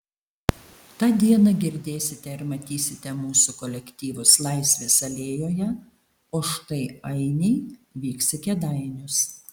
tą dieną girdėsite ir matysite mūsų kolektyvus laisvės alėjoje o štai ainiai vyks į kėdainius